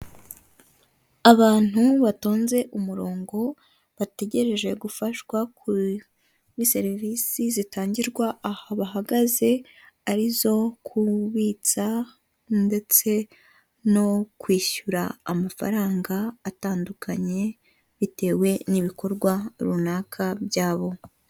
Inzu y'ubucuruzi m'ibara ry'ubururu, umuhondo yanditseho amagambo rebanoni hoteli utuyira tunyurwa mo n'abanyamaguru ibidukikije birimo indabo ndetse ibara ry'umukara n'umweru.